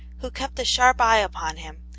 who kept a sharp eye upon him,